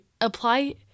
apply